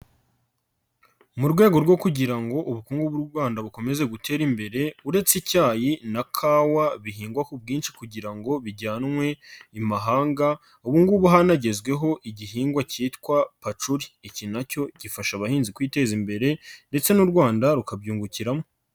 Mu rwego rwo kugira ngo ubukungu bw'u Rwanda bukomeze butere imbere, uretse icyayi na kawa bihingwa ku bwinshi kugira ngo bijyanwe i mahanga, ubu ngubu hanagezweho igihingwa cyitwa pacuri. Iki na cyo gifasha abahinzi kwiteza imbere ndetse n'u Rwanda rukabyungukiramo.